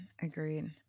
Agreed